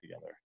together